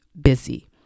busy